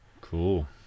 Cool